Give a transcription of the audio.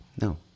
No